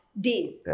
days